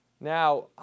Now